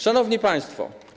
Szanowni Państwo!